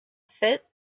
fit